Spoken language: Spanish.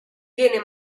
tiene